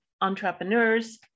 entrepreneurs